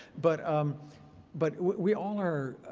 but um but we all are,